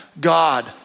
God